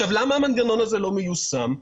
למה המנגנון הזה לא מיושם?